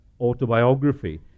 autobiography